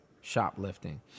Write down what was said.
shoplifting